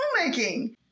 filmmaking